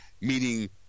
Meaning